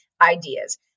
ideas